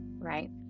right